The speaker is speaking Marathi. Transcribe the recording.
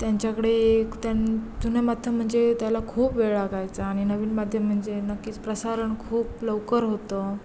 त्यांच्याकडे एक त्या जुन्या माध्यम म्हणजे त्याला खूप वेळ लागायचा आणि नवीन माध्यम म्हणजे नक्कीच प्रसारण खूप लवकर होतं